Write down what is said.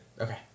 Okay